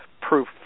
proof